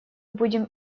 будем